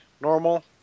normal